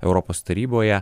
europos taryboje